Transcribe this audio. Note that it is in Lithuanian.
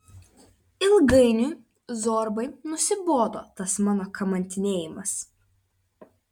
ilgainiui zorbai nusibodo tas mano kamantinėjimas